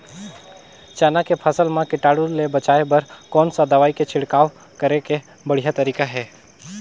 चाना के फसल मा कीटाणु ले बचाय बर कोन सा दवाई के छिड़काव करे के बढ़िया तरीका हे?